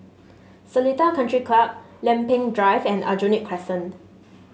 Seletar Country Club Lempeng Drive and Aljunied Crescent